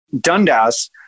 Dundas